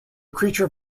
creature